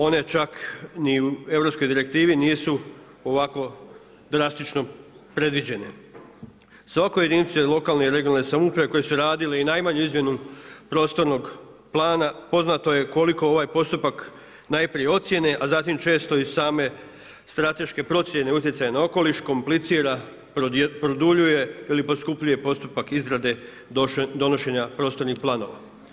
One čak ni u europskoj direktivi nisu ovako drastično predviđene. … jedinica lokalne i regionalne samouprave koje su radile i najmanju i zamjenu prostornog plana, poznato je koliko ovaj postupak najprije ocjene, a zatim i često i same strateške procjene, utjecaja na okoliš, komplicira, produljuje ili poskupljuje postupak izrade donošenja prostornih planova.